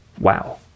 wow